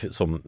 som